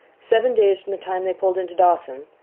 seven days from the time they pulled into dawson,